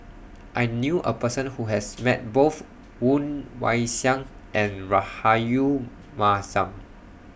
I knew A Person Who has Met Both Woon Wah Siang and Rahayu Mahzam